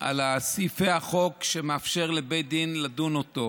על סעיפי החוק שמאפשר לבית דין לדון אותו.